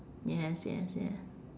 yes yes yeah